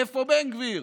איפה בן גביר?